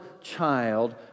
child